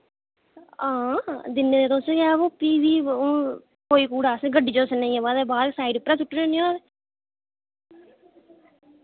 हां दिन्ने ते तुस गै वो फ्ही कोई कूड़ा अस गड्डी बाह्र साइड उप्परा सुट्टने होन्ने और